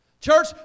Church